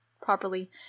properly